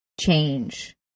change